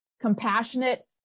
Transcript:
compassionate